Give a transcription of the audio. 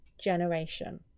generation